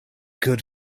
good